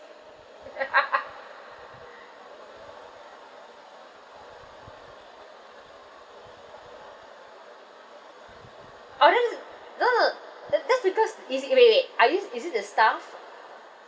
no no that that's because is it wait wait are yous is it the staff